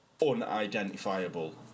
unidentifiable